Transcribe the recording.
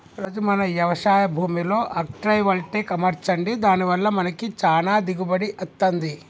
రాజు మన యవశాయ భూమిలో అగ్రైవల్టెక్ అమర్చండి దాని వల్ల మనకి చానా దిగుబడి అత్తంది